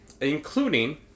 including